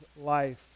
life